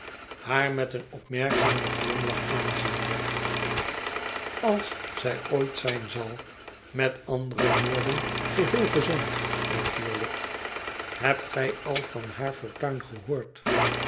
haar met een opmerkzamen glimlach aanziende als zij ooit zijn zal met andere woorden geheel gezond natuurlijk hebt gij al van haar fortuin gehoord